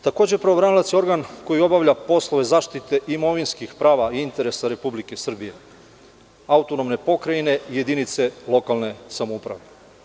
Takođe, pravobranilac je organ koji obavlja poslove zaštite imovinskih prava i interesa Republike Srbije, AP i jedinice lokalne samouprave.